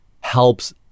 helps